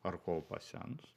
ar kol pasens